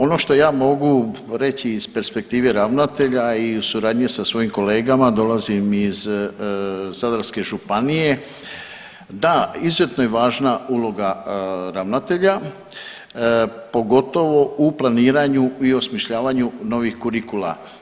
Ono što ja mogu reći iz perspektive ravnatelja i u suradnji sa svojim kolegama dolazim iz Zadarske županije, da izuzetno je važna uloga ravnatelja pogotovo u planiranju i osmišljavanju novih kurikula.